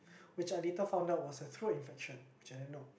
which I later found out was a throat infection which I didn't know